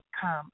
come